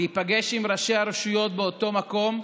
להיפגש עם ראשי הרשויות באותו מקום,